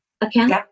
account